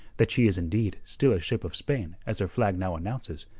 that she is indeed still a ship of spain as her flag now announces.